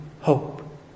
hope